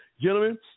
gentlemen